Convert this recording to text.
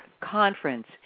conference